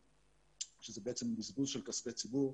שזה בעצם בזבוז של כספי ציבור.